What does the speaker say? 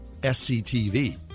SCTV